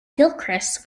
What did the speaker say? gilchrist